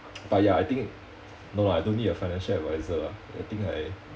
but ya I think no lah I don't need a financial adviser lah I think I